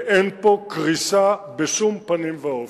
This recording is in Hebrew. ואין פה קריסה בשום פנים ואופן.